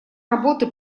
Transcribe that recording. работы